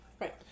Right